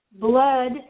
blood